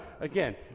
Again